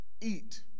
eat